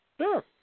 Sure